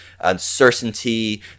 uncertainty